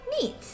Neat